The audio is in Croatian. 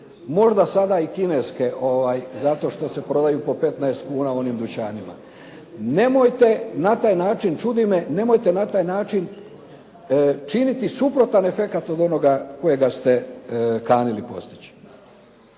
Možda sada i kineske zato što se prodaju po 15 kuna u onim dućanima. Nemojte na taj način, čudi me, nemojte na taj način činiti suprotan efekat od onoga kojega ste kanili postići.